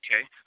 Okay